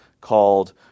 called